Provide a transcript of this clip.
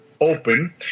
open